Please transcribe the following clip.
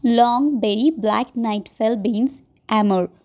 long बेई black नाईटफेल beans ॲमर